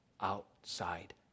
outside